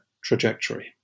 trajectory